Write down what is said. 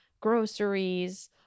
groceries